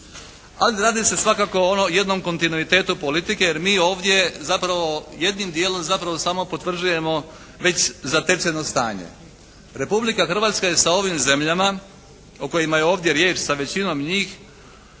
Ali radi se svakako o ono, jednom kontinuitetu politike jer mi ovdje zapravo jednim dijelom zapravo samo potvrđujemo već zatečeno stanje. Republika Hrvatska je sa ovim zemljama o kojima je ovdje riječ sa većinom njih